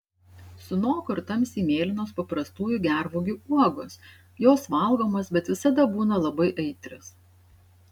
sunoko ir tamsiai mėlynos paprastųjų gervuogių uogos jos valgomos bet visada būna labai aitrios